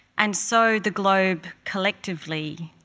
and so the globe collectively,